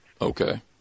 Okay